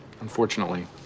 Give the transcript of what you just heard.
Unfortunately